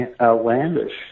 outlandish